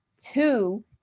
Two